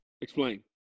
Explain